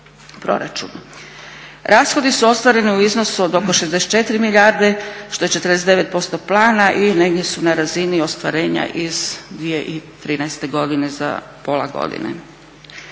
Rashodi su ostvareni u iznosu od oko 64 milijarde što je 49% plana i negdje su na razini ostvarenja na razini 2013.godine za pola godine.